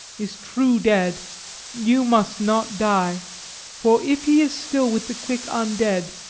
is true dead you must not die for if he is still with the quick un-dead,